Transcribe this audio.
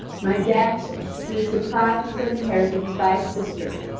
my damsel, who is deprived of her inheritance by a sister,